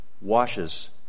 washes